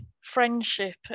friendship